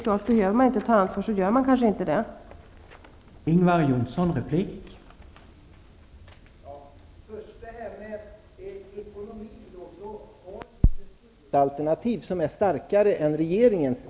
Men behöver man inte ta ansvar gör man kanske heller inte det.